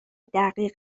دقیق